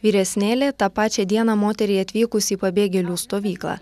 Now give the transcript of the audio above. vyresnėlė tą pačią dieną moteriai atvykus į pabėgėlių stovyklą